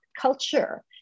culture